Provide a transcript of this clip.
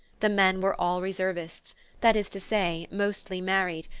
the men were all reservists that is to say, mostly married,